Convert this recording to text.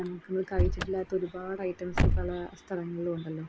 നമുക്ക് കഴിച്ചിട്ടില്ലാത്ത ഒരുപാട് ഐറ്റംസ്സ് പല സ്ഥലങ്ങളിലുണ്ടല്ലൊ